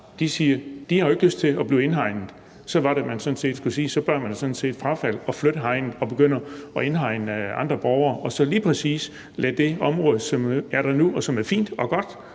siger, at de jo ikke har lyst til at blive indhegnet. Så var det, at man sådan set skulle sige: Man bør frafalde det og flytte hegnet og ikke begynde at indhegne andre borgere og så lige præcis lade det område, som er der nu, og som er fint og godt